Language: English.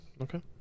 Okay